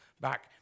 back